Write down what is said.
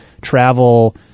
travel